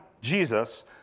Jesus